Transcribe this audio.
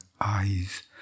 eyes